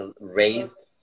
raised